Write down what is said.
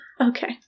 Okay